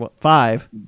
Five